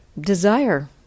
desire